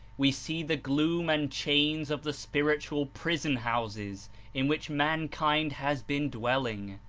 we see the gloom and chains of the spiritual prison houses in which mankind has been dwelling.